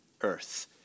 earth